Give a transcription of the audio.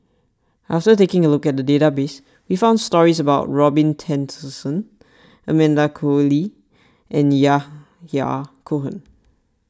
after taking a look at the database we found stories about Robin Tessensohn Amanda Koe Lee and Yahya Cohen